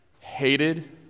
hated